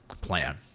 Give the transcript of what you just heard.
plan